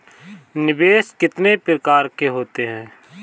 निवेश कितने प्रकार के होते हैं?